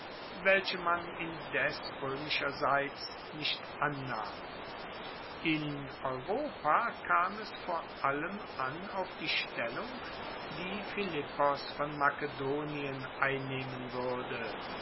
welche man indes roemischerseits nicht annahm in europa kam es vor allem an auf die stellung die philippos von makedonien einnehmen wuerde